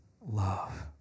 love